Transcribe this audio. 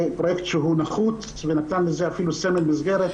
פרויקט נחוץ, ונתן לזה אפילו סמל מסגרת.